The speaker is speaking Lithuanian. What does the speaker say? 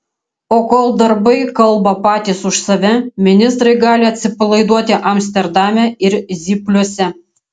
o kol darbai kalba patys už save ministrai gali atsipalaiduoti amsterdame ir zypliuose